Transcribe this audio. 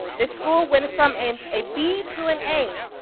this school went from a a b to an a.